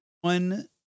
one